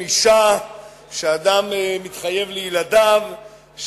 של אדם שמתחייב לילדיו,